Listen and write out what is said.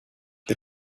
the